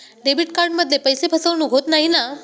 Debit कार्डमध्ये पैसे फसवणूक होत नाही ना?